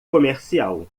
comercial